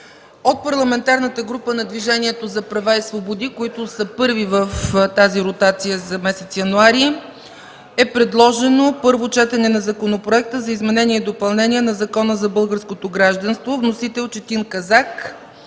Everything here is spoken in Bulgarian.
От Парламентарната група на Движението за права и свободи, които са първи в тази ротация за месец януари, е предложено 1. Първо четене на Законопроекта за изменение и допълнение на Закона за българското гражданство. Вносител – Четин Казак.